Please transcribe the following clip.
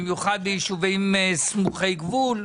במיוחד ביישובים סמוכי גבול.